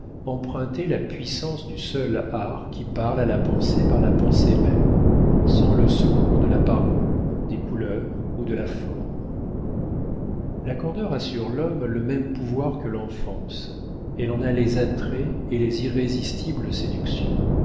empruntait la puissance du seul art qui parle à la pensée par la pensée même sans le secours de la parole des couleurs ou de la forme la candeur a sur l'homme le même pouvoir que l'enfance elle en a les attraits et les irrésistibles séductions